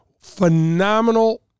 phenomenal